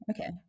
Okay